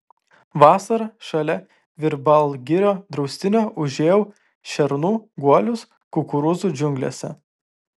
vasarą šalia virbalgirio draustinio užėjau šernų guolius kukurūzų džiunglėse